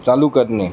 चालू करणे